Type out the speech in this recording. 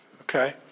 Okay